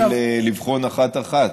לבחון אחת-אחת,